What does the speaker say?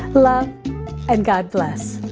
love and god bless.